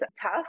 tough